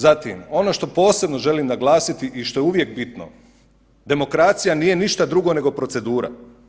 Zatim, ono što posebno želim naglasiti i što je uvijek bitno, demokracija nije ništa drugo nego procedura.